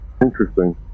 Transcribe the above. Interesting